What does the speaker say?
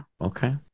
Okay